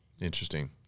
Interesting